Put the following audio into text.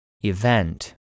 Event